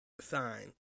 sign